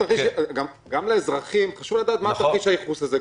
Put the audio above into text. האיחוד הלאומי): גם לאזרחים חשוב לדעת מה תרחיש הייחוס הזה.